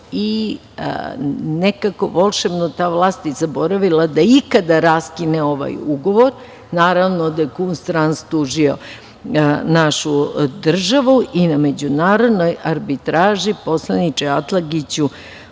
i nekako volšebno ta vlast je zaboravila da ikada raskine ovaj ugovor. Naravno da je „Kunsttrans“ tužio našu državu i na međunarodnoj arbitraži, poslaniče Atlagiću,